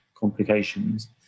complications